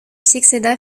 succéda